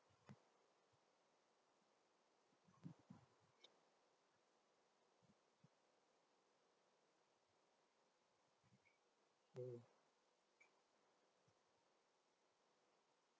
mm